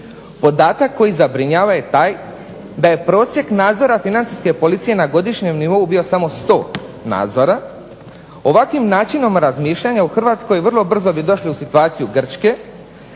Podatak koji zabrinjava je taj da je prosjek nadzora Financijske policije na godišnjem nivou bio samo 100 nadzora. Ovakvim načinom razmišljanja u Hrvatskoj vrlo brzo bi došli u situaciju Grčke